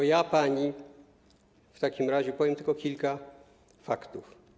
To ja pani w takim razie podam tylko kilka faktów.